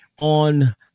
on